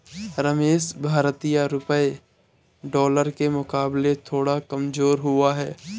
रमेश भारतीय रुपया डॉलर के मुकाबले थोड़ा कमजोर हुआ है